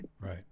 right